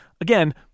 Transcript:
again